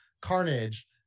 Carnage